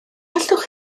allwch